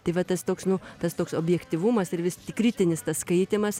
tai va tas toks nu tas toks objektyvumas ir vis kritinis tas skaitymas